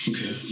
Okay